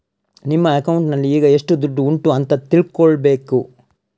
ನಿಮ್ಮ ಅಕೌಂಟಿನಲ್ಲಿ ಈಗ ಎಷ್ಟು ದುಡ್ಡು ಉಂಟು ಅಂತ ತಿಳ್ಕೊಳ್ಬೇಕು